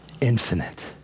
infinite